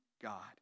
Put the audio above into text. God